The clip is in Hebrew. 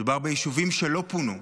מדובר ביישובים שלא פונו,